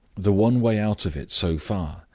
the one way out of it, so far,